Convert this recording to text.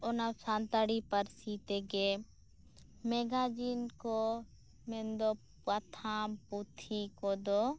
ᱚᱱᱟ ᱥᱟᱱᱛᱟᱲᱤ ᱯᱟᱹᱨᱥᱤ ᱛᱮᱜᱮ ᱢᱮᱜᱟᱡᱤᱱ ᱠᱚ ᱢᱮᱱᱫᱚ ᱯᱟᱛᱷᱟᱢ ᱯᱩᱛᱷᱤ ᱠᱚᱫᱚ